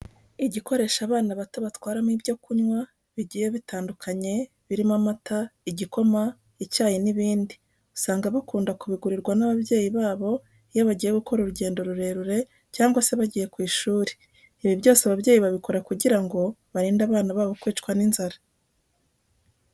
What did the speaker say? Igikoresho abana bato batwaramo ibyo kunywa bigiye bitandukanye birimo amata, igikoma, icyayi n'ibindi, usanga bakunda kubigurirwa n'ababyeyi babo iyo bagiye gukora urugendo rurerure cyangwa se bagiye ku ishuri. Ibi byose ababyeyi babikora kugira ngo barinde abana babo kwicwa n'inzara.